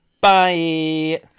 bye